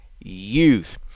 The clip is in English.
youth